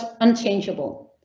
unchangeable